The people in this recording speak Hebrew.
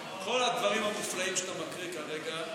על כל הדברים המופלאים שאתה מקריא כרגע,